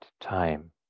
time